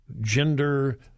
gender